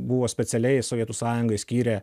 buvo specialiai sovietų sąjungai skyrė